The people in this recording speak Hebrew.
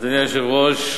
אדוני היושב-ראש,